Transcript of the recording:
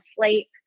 sleep